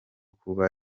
kuba